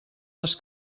les